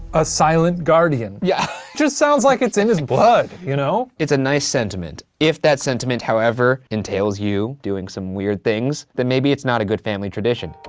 a silent guardian. yeah. just sounds like it's in his blood. you know it's a nice sentiment. if that sentiment however entails you doing some weird things, then maybe it's not a good family tradition.